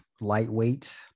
lightweight